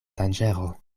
danĝero